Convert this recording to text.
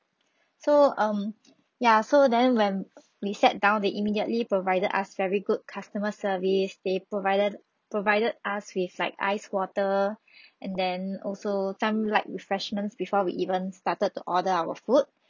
so um ya so then when we sat down they immediately provided us very good customer service they provided provided us with like iced water and then also some light refreshments before we even started to order our food